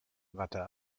watte